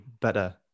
better